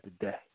today